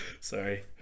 Sorry